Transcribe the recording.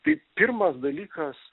tai pirmas dalykas